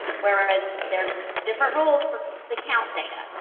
whereas there's some different rules for the count data.